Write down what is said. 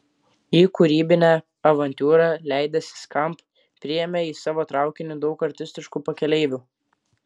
į kūrybinę avantiūrą leidęsi skamp priėmė į savo traukinį daug artistiškų pakeleivių